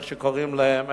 איך שקוראים להם,